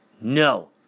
No